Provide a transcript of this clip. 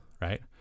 right